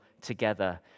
together